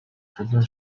халуун